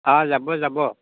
যাব যাব